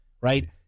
right